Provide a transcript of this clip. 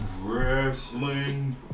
Wrestling